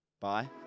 Bye